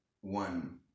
one